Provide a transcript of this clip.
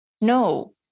No